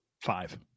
Five